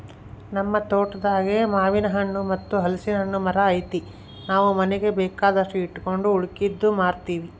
ನಮ್ ತೋಟದಾಗೇ ಮಾನೆಣ್ಣು ಮತ್ತೆ ಹಲಿಸ್ನೆಣ್ಣುನ್ ಮರ ಐತೆ ನಾವು ಮನೀಗ್ ಬೇಕಾದಷ್ಟು ಇಟಗಂಡು ಉಳಿಕೇದ್ದು ಮಾರ್ತೀವಿ